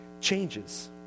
changes